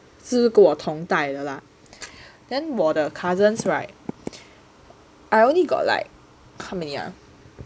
是跟我同代的啦 then 我的 cousins [right] I only got like how many ah